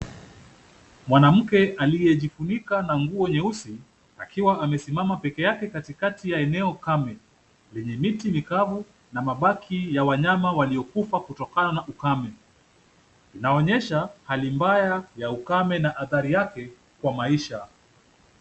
Mwanamke aliyejifunika na nguo nyeusi, akiwa amesimama peke yake katikati ya eneo kame, lenye miti mikavu na mabaki ya wanyama waliokufa kutokana na ukame. Inaonyesha hali mbaya ya ukame na athari yake kwa maisha.